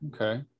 Okay